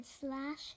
slash